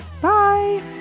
Bye